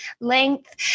length